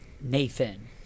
Nathan